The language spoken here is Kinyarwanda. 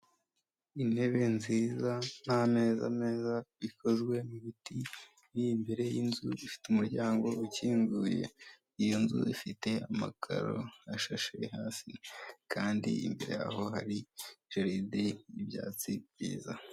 Intebe nziza n'ameza ikozwe mu biti biri imbere y'inzu ifite umuryango ukinguye, iyo nzu ifite amakaro ashashe hasi kandi imbere y'aho hari sheride y'ibyatsi byiza.